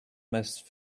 must